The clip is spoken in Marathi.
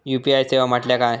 यू.पी.आय सेवा म्हटल्या काय?